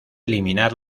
eliminar